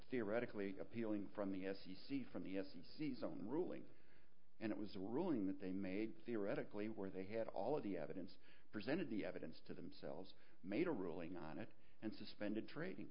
theoretically appealing from the f c c from the f c c zone ruling and it was a ruling that they made theoretically where they had all of the evidence presented the evidence to themselves made a ruling on it and suspended tradin